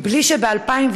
בלי שב-2017